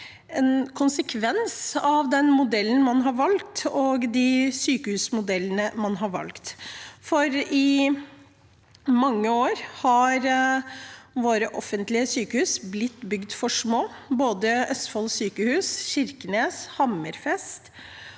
en konsekvens av den modellen man har valgt, de sykehusmodellene man har valgt, for i mange år har våre offentlige sykehus blitt bygd for små, både i Østfold og Kirkenes og i Hammerfest